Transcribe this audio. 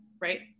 Right